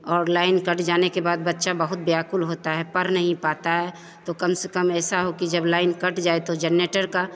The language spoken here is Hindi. और लाइन कट जाने के बाद बच्चा बहुत व्याकुल होता है पढ़ नहीं पाता है तो कम से कम ऐसा हो कि जब लाइन कट जाए तो जनरेटर की